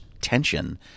tension